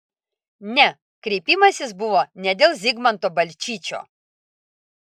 ne kreipimasis buvo ne dėl zigmanto balčyčio